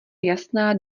jasná